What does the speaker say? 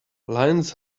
lions